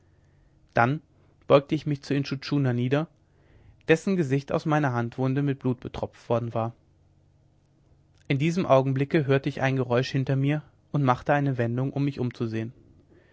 dann beugte ich mich zu intschu tschuna nieder dessen gesicht aus meiner handwunde mit blut betropft worden war in diesem augenblicke hörte ich ein geräusch hinter mir und machte eine wendung um mich umzusehen